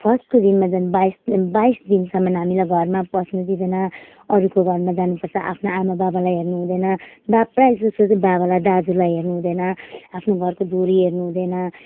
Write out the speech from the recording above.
फर्स्टको दिनमा चाहिँ बाइस बाइस दिनसम्म हामीलाई घरमा पस्नु दिँदैन अरूको घरमा जानु पर्छ आफ्नो आमा बाबालाई हेर्नु हुँदैन वा प्रायः जस्तो चाहिँ बाबालाई दाजुलाई हेर्नु हुँदैन आफ्नो घरको धुरी हेर्नु हुँदैन